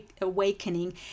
awakening